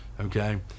okay